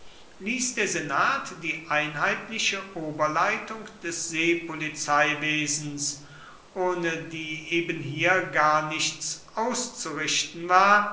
ließ der senat die einheitliche oberleitung des seepolizeiwesens ohne die ebenhier gar nichts auszurichten war